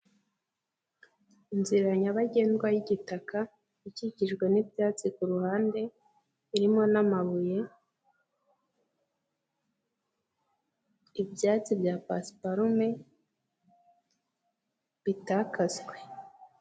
Inzira nyabagendwa y'igitaka ikikijwe n'ibyatsi ku ruhande, irimo n'amabuye, ibyatsi bya pasiparume bitaswe.